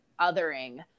othering